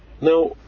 now